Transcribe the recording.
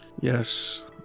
Yes